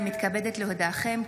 אני מתכבדת להודיעכם,